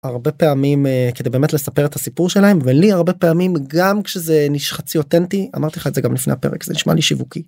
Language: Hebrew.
הרבה פעמים כדי באמת לספר את הסיפור שלהם ולי הרבה פעמים גם כשזה חצי אותנטי, אמרתי לך את זה גם לפני הפרק, זה נשמע לי שיווקי.